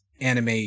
anime